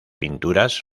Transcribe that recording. pinturas